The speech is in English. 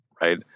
right